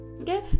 okay